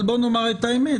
אבל בוא נאמר את האמת,